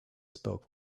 spoke